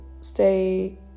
stay